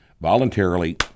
Voluntarily